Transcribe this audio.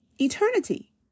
eternity